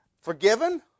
forgiven